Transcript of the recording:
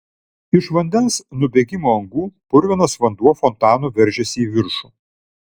iš vandens nubėgimo angų purvinas vanduo fontanu veržėsi į viršų